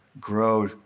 grow